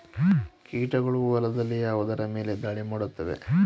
ಕೀಟಗಳು ಹೊಲದಲ್ಲಿ ಯಾವುದರ ಮೇಲೆ ಧಾಳಿ ಮಾಡುತ್ತವೆ?